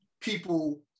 people